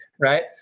right